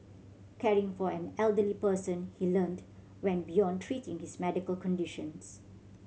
caring for an elderly person he learnt went beyond treating his medical conditions